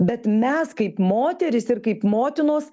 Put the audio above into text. bet mes kaip moterys ir kaip motinos